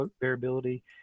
variability